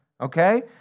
okay